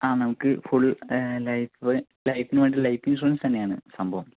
ആ നമുക്ക് full life ലൈഫിന് വേണ്ടി ലൈഫ് ഇൻഷൂറൻസ് തന്നെയാണ് സംഭവം